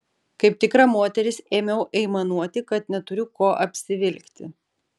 kaip tikra moteris ėmiau aimanuoti kad neturiu ko apsivilkti